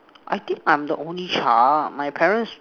I think I'm the only child my parents